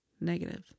Negative